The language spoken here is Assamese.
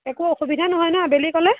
একো অসুবিধা নহয় ন' আবেলি গ'লে